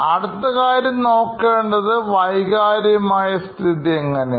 അടുത്ത കാര്യം നോക്കേണ്ടത് വൈകാരികമായ സ്ഥിതി എങ്ങനെയാണ്